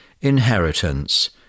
inheritance